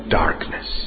darkness